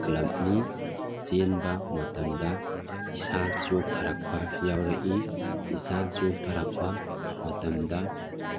ꯀ꯭ꯂꯕꯅꯤ ꯆꯦꯟꯕ ꯃꯇꯝꯗ ꯏꯁꯥ ꯆꯣꯛꯊꯔꯛꯄ ꯌꯥꯎꯔꯛꯏ ꯏꯁꯥ ꯆꯣꯛꯊꯔꯛꯄ ꯃꯇꯝꯗ